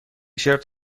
شرت